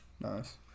Nice